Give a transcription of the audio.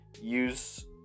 use